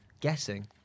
guessing